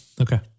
Okay